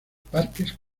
parques